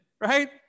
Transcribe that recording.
right